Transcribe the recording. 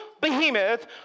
behemoth